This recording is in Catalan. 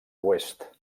oest